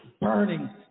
burning